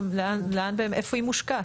איפה היא מושקעת?